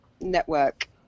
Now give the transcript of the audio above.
network